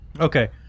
Okay